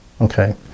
Okay